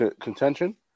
contention